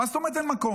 מה זאת אומרת אין מקום?